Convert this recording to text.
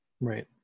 Right